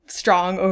strong